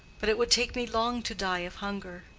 but it would take me long to die of hunger.